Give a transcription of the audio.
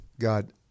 God